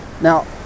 now